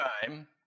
time